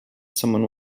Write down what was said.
someone